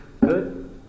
Good